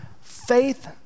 faith